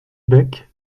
bec